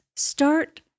Start